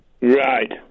Right